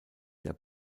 der